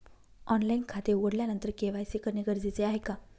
Online खाते उघडल्यानंतर KYC करणे गरजेचे आहे का?